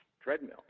treadmill